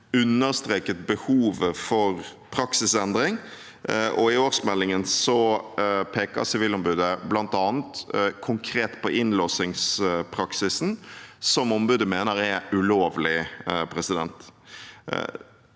understreket behovet for praksisendring, og i årsmeldingen peker Sivilombudet bl.a. konkret på innlåsingspraksisen, som ombudet mener er ulovlig.